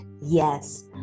yes